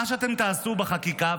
מה שתעשו בחקיקה,